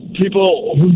people